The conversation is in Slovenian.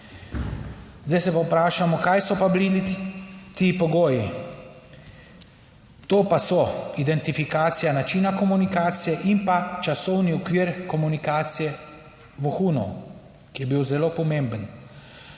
Zdaj se pa vprašamo, kaj so pa bili ti pogoji? To pa so identifikacija načina komunikacije in pa časovni okvir komunikacije vohunov, ki je bil zelo pomemben.